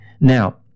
Now